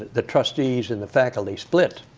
the trustees and the faculty split.